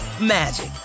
magic